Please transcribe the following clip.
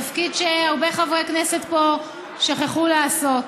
תפקיד שהרבה חברי כנסת פה שכחו לעשות.